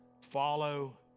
follow